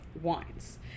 wines